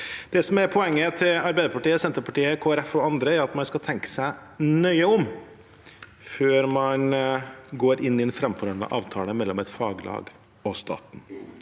poenget til Arbeiderpartiet, Senterpartiet, Kristelig Folkeparti og andre, er at man skal tenke seg nøye om før man går inn i en framforhandlet avtale mellom et faglag og stat en.